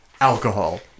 alcohol